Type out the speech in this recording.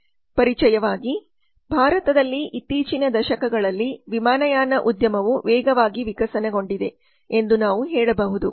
ಪರಿಚಯವಾಗಿ ಭಾರತದಲ್ಲಿ ಇತ್ತೀಚಿನ ದಶಕಗಳಲ್ಲಿ ವಿಮಾನಯಾನ ಉದ್ಯಮವು ವೇಗವಾಗಿ ವಿಕಸನಗೊಂಡಿದೆ ಎಂದು ನಾವು ಹೇಳಬಹುದು